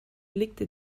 blickte